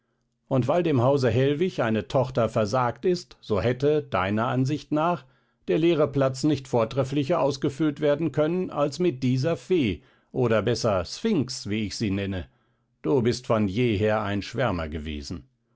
und weil dem hause hellwig eine tochter versagt ist so hätte deiner ansicht nach der leere platz nicht vortrefflicher ausgefüllt werden können als mit dieser fee oder besser sphinx wie ich sie nenne du bist von jeher ein schwärmer gewesen